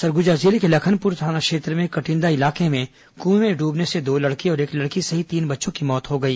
सरगुजा जिले के लखनपुर थाना क्षेत्र के कटिन्दा इलाके में कुएं में डूबने से दो लड़के और एक लड़की सहित तीन बच्चों की मौत हो गई